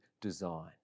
design